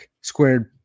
squared